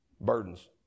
Burdens